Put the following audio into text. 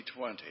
2020